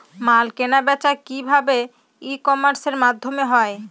মাল কেনাবেচা কি ভাবে ই কমার্সের মাধ্যমে হয়?